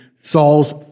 Saul's